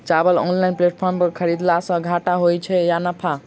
चावल online platform पर खरीदलासे घाटा होइ छै या नफा?